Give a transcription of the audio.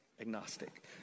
agnostic